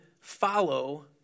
follow